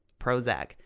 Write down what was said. Prozac